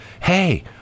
hey